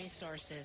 resources